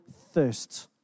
thirst